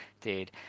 Dude